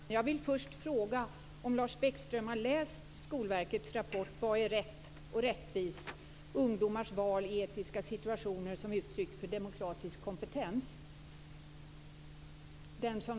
Fru talman! Jag vill först fråga om Lars Bäckström har läst Skolverkets rapport Vad är rätt och rättvist? Ungdomars val i etiska situationer som uttryck för demokratisk kompetens.